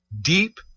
deep